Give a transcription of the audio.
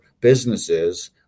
businesses